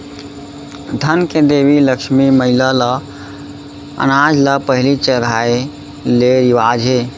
धन के देवी लक्छमी मईला ल अनाज ल पहिली चघाए के रिवाज हे